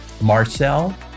marcel